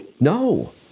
No